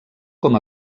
com